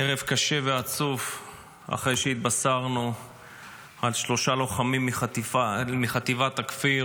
ערב קשה ועצוב אחרי שהתבשרנו על שלושה לוחמים מחטיבת כפיר